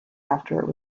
after